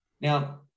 Now